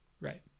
Right